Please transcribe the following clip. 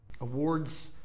Awards